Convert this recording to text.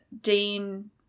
Dean